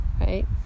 right